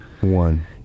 One